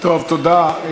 תודה.